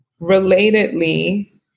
Relatedly